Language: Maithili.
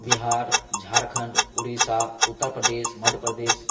बिहार झारखंड उड़ीसा उत्तरप्रदेश मध्यप्रदेश